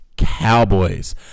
Cowboys